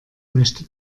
möchte